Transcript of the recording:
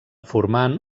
formant